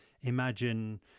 imagine